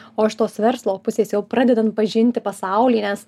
o iš tos verslo pusės jau pradedant pažinti pasaulį nes